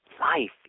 life